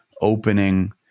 opening